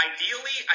Ideally